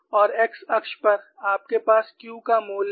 और x अक्ष पर आपके पास Q का मूल्य है